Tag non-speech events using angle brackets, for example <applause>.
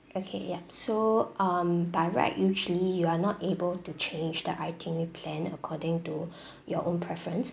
okay yup so um by right usually you are not able to change the itinerary plan according to <breath> your own preference